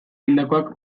hildakoak